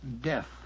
death